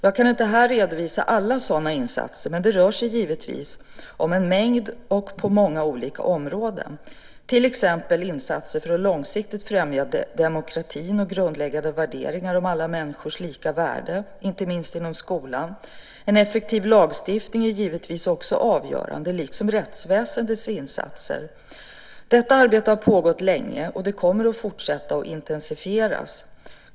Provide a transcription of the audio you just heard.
Jag kan inte här redovisa alla sådana insatser, men det rör sig givetvis om en mängd insatser på många olika samhällsområden. Det gäller till exempel insatser för att långsiktigt främja demokratin och grundläggande värderingar om alla människors lika värde, inte minst inom skolan. En effektiv lagstiftning är givetvis också av avgörande betydelse, liksom rättsväsendets insatser. Detta arbete har pågått länge och det kommer att fortsätta och intensifieras.